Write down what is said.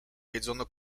jedzono